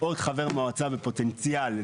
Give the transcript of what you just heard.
עוד חבר מועצה בפוטנציאל,